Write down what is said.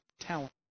talent